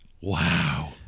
Wow